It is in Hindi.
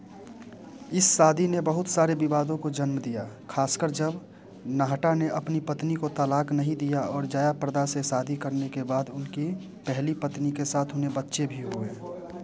इस शादी ने बहुत सारे विवादो को जन्म दिया खासकर जब नाहटा ने अपनी पत्नी को तालाक नहीं दिया और जयाप्रदा से शादी करने के बाद उनकी पहली पत्नी के साथ उन्हें बच्चे भी हुए